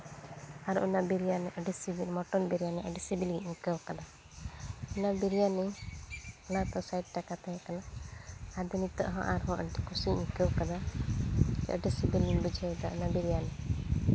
ᱟᱨ ᱚᱱᱟ ᱵᱤᱨᱭᱟᱱᱤ ᱟᱹᱰᱤ ᱥᱤᱵᱤᱞ ᱢᱚᱴᱚᱱ ᱵᱤᱨᱭᱟᱱᱤ ᱟᱹᱰᱤ ᱥᱤᱵᱤᱞ ᱜᱮᱧ ᱟᱹᱭᱠᱟᱹᱣ ᱠᱟᱫᱟ ᱚᱱᱟ ᱵᱤᱨᱭᱟᱱᱤ ᱚᱱᱟ ᱠᱚ ᱥᱟᱴ ᱴᱟᱠᱟ ᱛᱟᱦᱮᱸ ᱠᱟᱱᱟ ᱟᱫᱚ ᱱᱤᱛᱚᱜ ᱦᱚᱸ ᱟᱨᱦᱚᱸ ᱠᱩᱥᱤᱧ ᱟᱹᱭᱠᱟᱹᱣ ᱠᱟᱫᱟ ᱟᱹᱰᱤ ᱥᱤᱵᱤᱞᱤᱧ ᱵᱩᱡᱷᱟᱹᱣᱫᱟ ᱵᱤᱨᱭᱟᱱᱤ